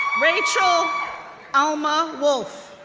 rachel alma wulff,